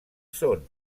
són